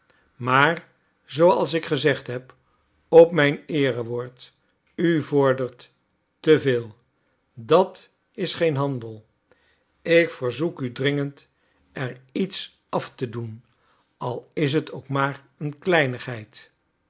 maar zooals ik gezegd heb op mijn eerewoord u vordert te veel dat is geen handel ik verzoek u dringend er iets af te doen al is het ook maar een kleinigheid